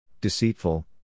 deceitful